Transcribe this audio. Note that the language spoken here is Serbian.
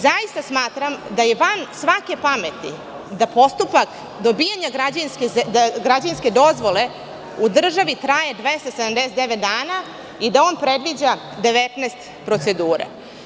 Zaista smatram da je van svake pameti da postupak dobijanja građevinske dozvole u državi traje 279 dana i da on predviđa 19 procedura.